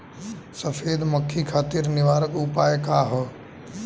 सफेद मक्खी खातिर निवारक उपाय का ह?